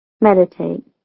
meditate